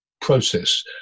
process